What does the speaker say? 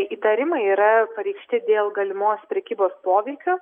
įtarimai yra pareikšti dėl galimos prekybos poveikiu